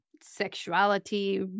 sexuality